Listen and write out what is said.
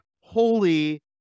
holy